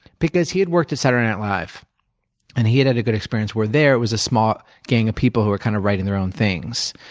because he had worked at saturday night live and he had had a good experience where, there, it was a small gang of people who were kind of writing their own things.